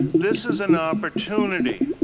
this is an opportunity,